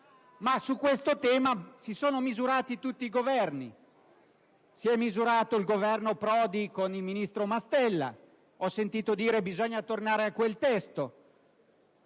Su questo tema si sono misurati tutti i Governi, anche il Governo Prodi con il ministro Mastella, e ho sentito dire che bisogna tornare al loro testo.